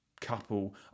couple